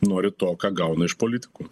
nori to ką gauna iš politikų